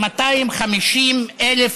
היושב-ראש,